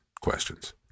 questions